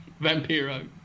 Vampiro